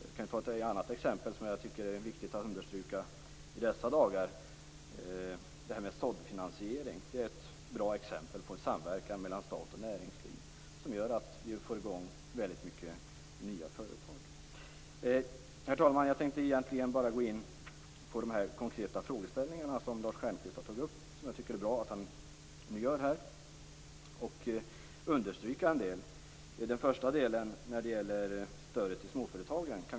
Låt mig ge ett annat exempel, som jag tycker att det i dessa dagar är viktigt att understryka. "Såddfinansiering" är ett bra exempel på en samverkan mellan stat och näringsliv som gör att vi får i gång många nya företag. Herr talman! Jag vill gå in på Lars Stjernkvists konkreta frågeställningar. Jag tycker att det är bra att han har tagit upp dem, och jag vill understryka en del av dem. Det gäller för det första stödet till småföretagen.